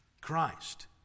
christ